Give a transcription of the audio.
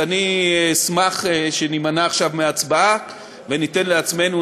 אז אני אשמח שנימנע עכשיו מהצבעה וניתן לעצמנו,